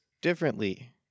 differently